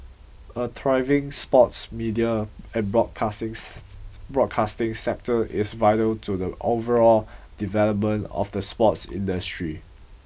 a thriving sports media and broadcasting sector is vital to the overall development of the sports industry